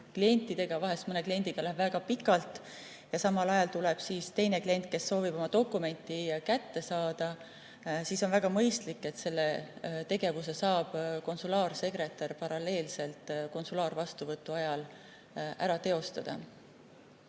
klientidega, vahel mõne kliendiga läheb väga pikalt, aga samal ajal tuleb teine klient, kes soovib ainult oma dokumenti kätte saada, siis on väga mõistlik, et selle tegevuse saab konsulaarsekretär paralleelselt konsulaarvastuvõtu ajal ära teha.